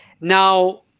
Now